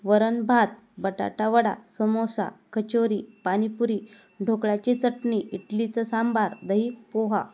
वरण भात बटाटा वडा समोसा कचोरी पाणीपुरी ढोकळ्याची चटणी इडलीचं सांबार दही पोहा